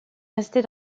restée